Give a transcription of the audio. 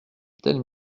telle